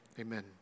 amen